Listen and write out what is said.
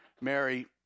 Mary